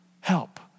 Help